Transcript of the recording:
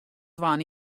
dwaan